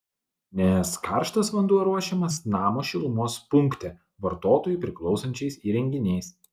nes karštas vanduo ruošiamas namo šilumos punkte vartotojui priklausančiais įrenginiais